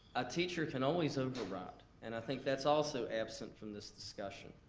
a teacher can always overwrite, and i think that's also absent from this discussion.